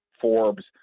Forbes